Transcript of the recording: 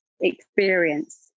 experience